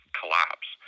collapse